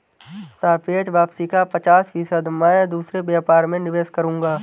सापेक्ष वापसी का पचास फीसद मैं दूसरे व्यापार में निवेश करूंगा